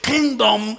kingdom